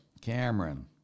Cameron